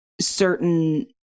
certain